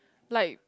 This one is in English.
like